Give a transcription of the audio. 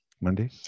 Monday